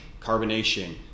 carbonation